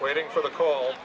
waiting for the cold